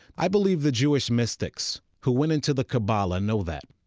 i believe the jewish mystics who went into the kabbalah know that.